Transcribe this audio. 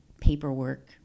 paperwork